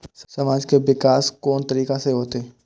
समाज के विकास कोन तरीका से होते?